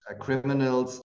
criminals